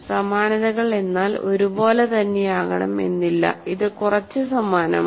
സമാനതകൾ എന്നാൽ ഒരുപോലെ തന്നെയാകണം എന്നില്ല ഇത് കുറച്ച് സമാനമാണ്